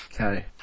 Okay